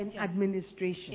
administration